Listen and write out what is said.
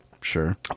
sure